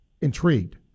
intrigued